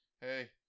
Hey